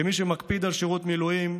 כמי שמקפיד על שירות מילואים,